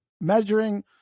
measuring